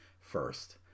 first